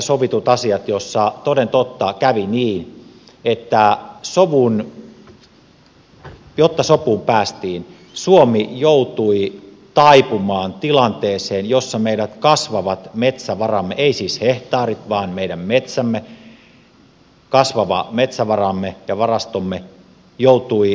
durbanin ilmastokokouksessa sovituissa asioissa toden totta kävi niin että jotta sopuun päästiin suomi joutui taipumaan tilanteeseen jossa meidän kasvavat metsävaramme eivät siis hehtaarit vaan meidän metsämme kasvavat metsävaramme ja varastomme joutuivat päästön lähteeksi